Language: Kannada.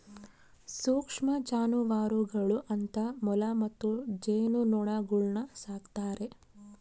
ಸೂಕ್ಷ್ಮ ಜಾನುವಾರುಗಳು ಅಂತ ಮೊಲ ಮತ್ತು ಜೇನುನೊಣಗುಳ್ನ ಸಾಕ್ತಾರೆ